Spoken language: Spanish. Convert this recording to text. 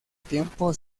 tiempo